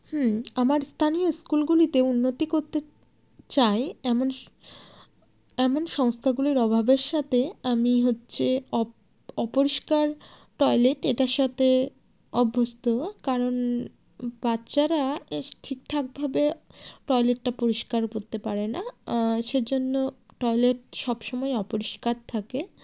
হুম আমার স্থানীয় স্কুলগুলিতে উন্নতি করতে চায় এমন এমন সংস্থাগুলির অভাবের সাথে আমি হচ্ছে অপরিষ্কার টয়লেট এটার সাথে অভ্যস্ত কারণ বাচ্চারা ঠিকঠাকভাবে টয়লেটটা পরিষ্কার করতে পারে না সেজন্য টয়লেট সবসময় অপরিষ্কার থাকে